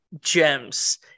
gems